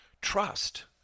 Trust